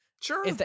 Sure